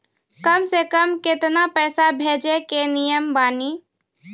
कम से कम केतना पैसा भेजै के नियम बानी?